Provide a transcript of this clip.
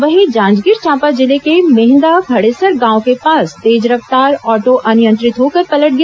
वहीं जांजगीर चांपा जिले के मेहन्दा भड़ेसर गांव के पास तेज रफ्तार ऑटो अनियंत्रित होकर पलट गया